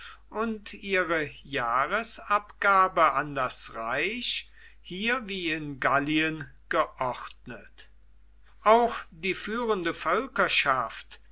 und ihre jahresabgabe an das reich hier wie in gallien geordnet auch die führende